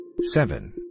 seven